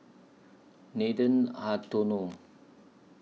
Nathan Hartono